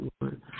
Lord